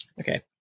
Okay